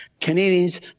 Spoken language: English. Canadians